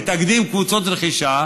מתאגדות קבוצות רכישה